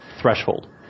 threshold